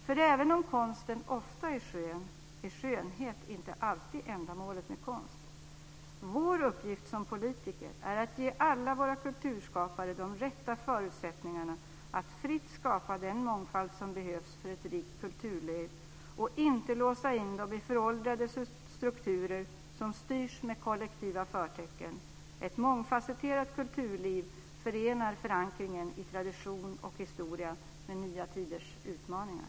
För även om konsten ofta är skön är skönhet inte alltid ändamålet med konst. Vår uppgift som politiker är att ge alla våra kulturskapare de rätta förutsättningarna att fritt skapa den mångfald som behövs för ett rikt kulturliv och inte låsa in dem i föråldrade strukturer som styrs med kollektiva förtecken. Ett mångfasetterat kulturliv förenar förankringen i tradition och historia med nya tiders utmaningar.